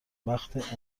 وقت